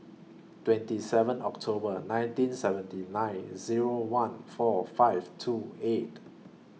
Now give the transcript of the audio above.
twenty seven October nineteen seventy nine Zero one four five two eight